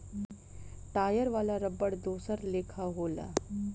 tyre वाला रबड़ दोसर लेखा होला